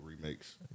remakes